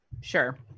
Sure